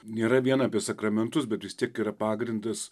nėra vien apie sakramentus bet vis tiek yra pagrindas